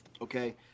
Okay